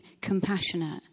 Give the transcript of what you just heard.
compassionate